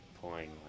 pulling